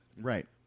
Right